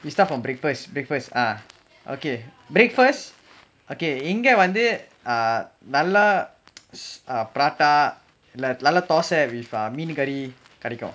we start from breakfast because ah okay breakfast okay எங்க வந்து:engga vanthu uh நல்லா:nallaa prata இல்ல நல்ல தோசை:illa nalla thosai with மீனு:meenu curry கடைக்கு:kadaikku